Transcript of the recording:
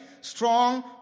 strong